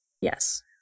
Yes